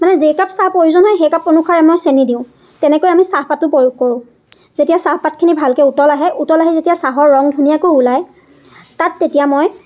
মানে যেইকাপ চাহ প্ৰয়োজন হয় সেইকাপ অনুসাৰে মই চেনি দিওঁ তেনেকৈ আমি চাহপাতো প্ৰয়োগ কৰোঁ যেতিয়া চাহপাতখিনি ভালকৈ উতল আহে উতল আহি যেতিয়া চাহৰ ৰং ধুনীয়াকৈ ওলায় তাত তেতিয়া মই